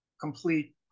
complete